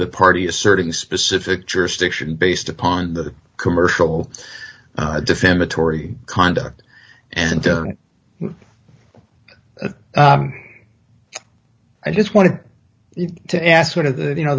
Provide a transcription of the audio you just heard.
the party asserting specific jurisdiction based upon the commercial defamatory conduct and i just wanted to ask one of the you know